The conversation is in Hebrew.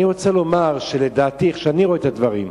אני רוצה לומר שלדעתי, איך שאני רואה את הדברים,